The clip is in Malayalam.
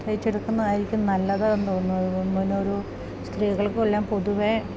തയിച്ചെടുക്കുന്നതും ആയിരിക്കും നല്ലത് എന്ന് തോന്നുന്നത് അതൊരു സ്ത്രീകൾക്കെല്ലാം പൊതുവേ